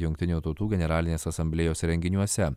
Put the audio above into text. jungtinių tautų generalinės asamblėjos renginiuose